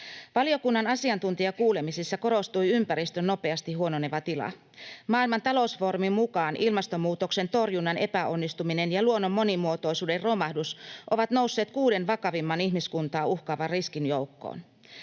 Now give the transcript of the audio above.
Valiokunnan asiantuntijakuulemisissa korostui ympäristön nopeasti huononeva tila. Maailman talousfoorumin mukaan ilmastonmuutoksen torjunnan epäonnistuminen ja luonnon monimuotoisuuden romahdus ovat nousseet kuuden vakavimman ihmiskuntaa uhkaavan riskin joukkoon.